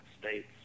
states